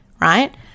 right